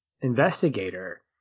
investigator